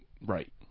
right